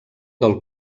del